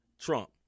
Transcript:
Trump